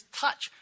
touch